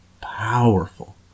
powerful